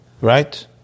Right